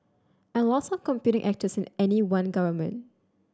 and lots of competing actors in any one government